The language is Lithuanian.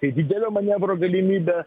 tai didelio manevro galimybė